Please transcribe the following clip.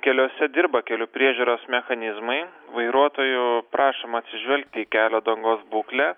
keliuose dirba kelių priežiūros mechanizmai vairuotojų prašom atsižvelgti į kelio dangos būklę